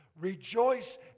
Rejoice